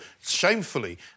shamefully